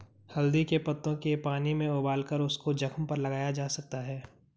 हल्दी के पत्तों के पानी में उबालकर उसको जख्म पर लगाया जा सकता है